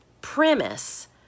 premise